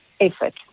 effort